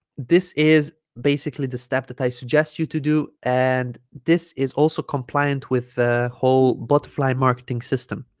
this is basically the step that i suggest you to do and this is also compliant with the whole butterfly marketing system